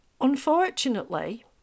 Unfortunately